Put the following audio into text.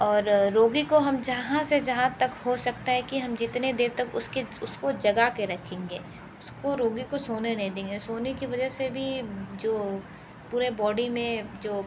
और रोगी को हम जहाँ से जहाँ तक हो सकता है कि हम जितने देर तक उसके उसको जगा के रखेंगे उसको रोगी को सोने नहीं देंगे सोने की वजह से भी जो पूरे बॉडी में जो